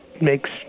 makes